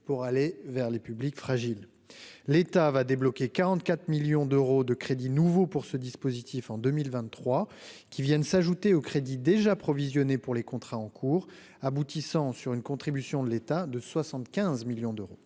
pour aller vers les publics fragiles, l'État va débloquer 44 millions d'euros de crédits nouveaux pour ce dispositif en 2023 qui viennent s'ajouter au crédit déjà provisionnés pour les contrats en cours, aboutissant sur une contribution de l'État de 75 millions d'euros